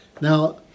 Now